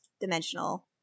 dimensional